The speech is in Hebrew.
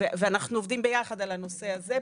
אנחנו עובדים ביחד על הנושא הזה,